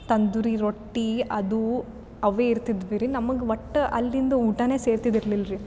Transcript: ತಂದೂರಿ ರೊಟ್ಟಿ ಅದೂ ಅವೇ ಇರ್ತಿದ್ವಿ ರೀ ನಮ್ಗೆ ಒಟ್ಟು ಅಲ್ಲಿಂದು ಊಟ ಸೇರ್ತಿದಿರ್ಲಿಲ್ಲ ರೀ